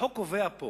החוק קובע פה